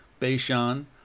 Beishan